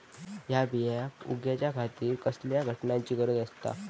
हया बियांक उगौच्या खातिर कसल्या घटकांची गरज आसता?